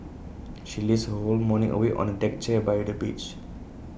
she lazed her whole morning away on A deck chair by the beach